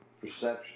perception